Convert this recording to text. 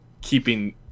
keeping